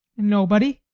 nobody.